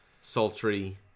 sultry